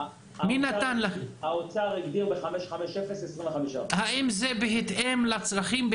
האוצר הגדיר ל-550 25%. האם זה בהתאם לצרכים?